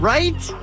Right